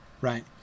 right